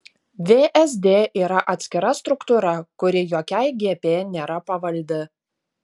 vsd yra atskira struktūra kuri jokiai gp nėra pavaldi